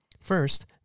First